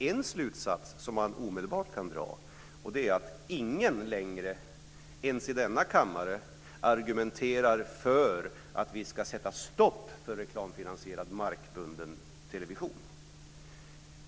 En slutsats som man omedelbart kan dra är att ingen längre ens i denna kammare argumenterar för att vi ska sätta stopp för reklamfinansierad markbunden television.